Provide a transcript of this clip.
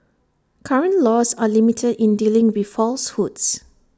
current laws are limited in dealing with falsehoods